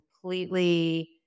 completely